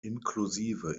inklusive